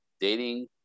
dating